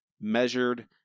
measured